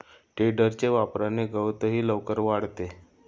टेडरच्या वापराने गवतही लवकर वाळते